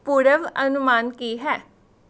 ਪੂਰਵ ਅਨੁਮਾਨ ਕੀ ਹੈ